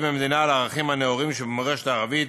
במדינה על הערכים הנאורים שבמורשת הערבית,